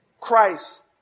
Christ